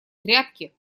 тряпки